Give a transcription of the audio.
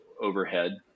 overhead